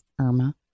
Irma